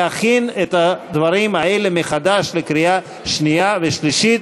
להכין את הדברים האלה מחדש לקריאה שנייה ושלישית,